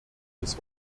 des